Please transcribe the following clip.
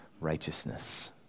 righteousness